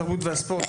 התרבות והספורט.